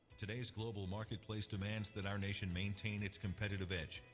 today's global marketplace demands that our nation maintain its competitive edge,